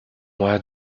moi